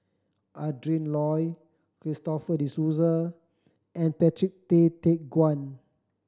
Adrin Loi Christopher De Souza and Patrick Tay Teck Guan